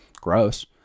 gross